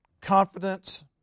confidence